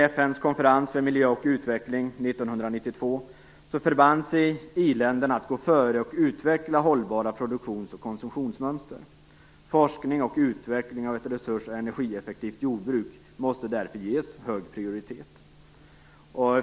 1992 förband sig i-länderna att gå före och utveckla hållbara produktions och konsumtionsmönster. Forskning och utveckling av ett resurs och energieffektivt jordbruk måste därför ges hög prioritet.